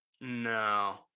No